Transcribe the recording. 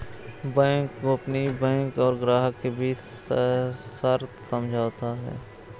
bank गोपनीयता bank और ग्राहक के बीच सशर्त समझौता है